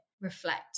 reflect